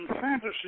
fantasy